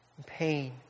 pain